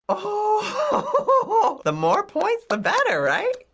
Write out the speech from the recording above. oh. the more points, the better, right?